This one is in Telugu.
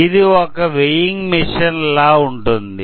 ఇది ఒక వెయింగ్ మెషీన్ లా ఉంటుంది